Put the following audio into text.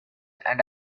and